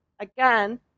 Again